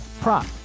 prop